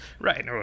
right